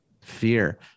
fear